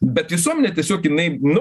bet visuomenė tiesiog jinai nu